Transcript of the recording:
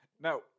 Now